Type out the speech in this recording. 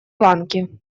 ланки